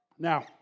Now